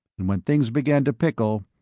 and when things begin to pickle,